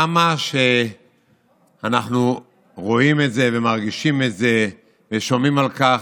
כמה שאנחנו רואים את זה ומרגישים את זה ושומעים על זה,